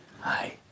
Hi